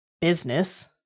business